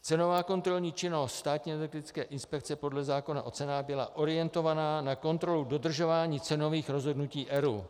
Cenová kontrolní činnost Státní energetické inspekce podle zákona o cenách byla orientovaná na kontrolu dodržování cenových rozhodnutí ERÚ.